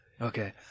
Okay